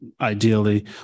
ideally